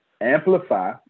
Amplify